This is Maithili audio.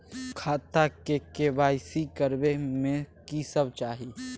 खाता के के.वाई.सी करबै में की सब चाही?